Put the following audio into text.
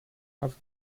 have